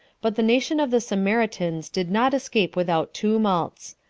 but the nation of the samaritans did not escape without tumults.